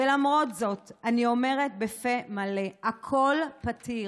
ולמרות זאת, אני אומרת בפה מלא: הכול פתיר.